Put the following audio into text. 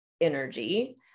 energy